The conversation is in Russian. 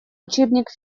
учебник